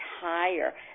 higher